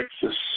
Texas